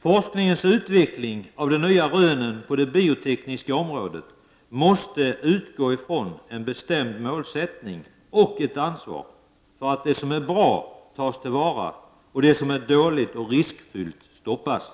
Forskningens utveckling och de nya rönen på det biotekniska området måste utgå ifrån en bestämd målsättning och ett ansvar för att det som är bra tas till vara och för att det som är dåligt och riskfyllt stoppas.